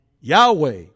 Yahweh